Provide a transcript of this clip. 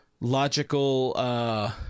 logical –